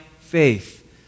faith